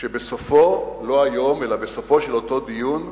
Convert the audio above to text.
שבסופו, לא היום אלא בסופו של אותו דיון,